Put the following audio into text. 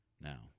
now